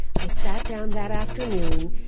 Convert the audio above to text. i sat down that afternoon,